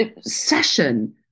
session